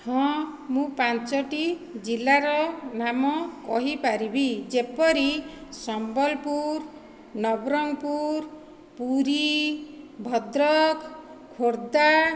ହଁ ମୁଁ ପାଞ୍ଚଟି ଜିଲ୍ଲାର ନାମ କହିପାରିବି ଯେପରି ସମ୍ବଲପୁର ନବରଙ୍ଗପୁର ପୁରୀ ଭଦ୍ରକ ଖୋର୍ଦ୍ଧା